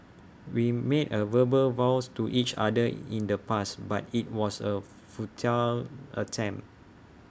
we made A verbal vows to each other in the past but IT was A futile attempt